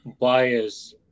bias